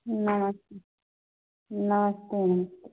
नमस नमस्ते मैम